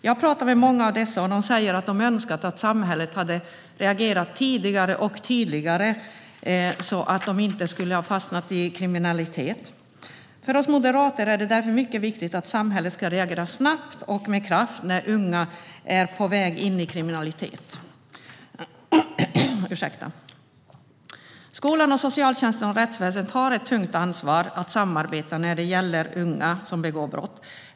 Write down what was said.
Jag har pratat med många av dessa, och de säger att de önskar att samhället hade reagerat tidigare och tydligare så att de inte hade fastnat i kriminalitet. För oss moderater är det därför mycket viktigt att samhället reagerar snabbt och med kraft när unga är på väg in i kriminalitet. Skolan, socialtjänsten och rättsväsendet har ett tungt ansvar att samarbeta när det gäller unga som begår brott.